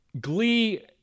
Glee